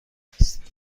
هستیم